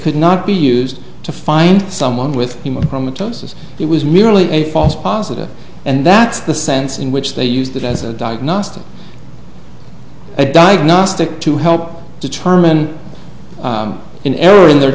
could not be used to find someone with hemochromatosis it was merely a false positive and that's the sense in which they use that as a diagnostic a diagnostic to help determine an error in their